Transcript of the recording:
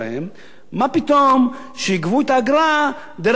מה פתאום יגבו את האגרה דרך אגרת הרכב?